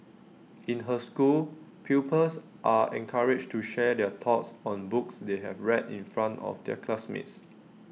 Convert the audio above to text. in her school pupils are encouraged to share their thoughts on books they have read in front of their classmates